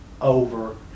over